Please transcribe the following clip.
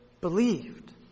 believed